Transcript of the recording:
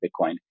Bitcoin